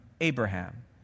Abraham